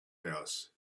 house